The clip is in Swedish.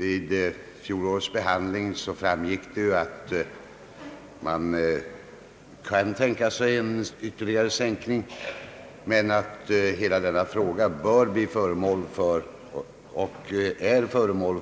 Av fjolårets debatt framgick att en ytterligare sänkning kunde tänkas, men att hela denna fråga borde bli föremål